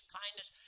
kindness